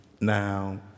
Now